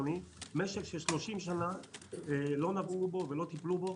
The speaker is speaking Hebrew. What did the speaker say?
משק שבמשך 30 שנים לא נגעו בו ולא טיפלו בו,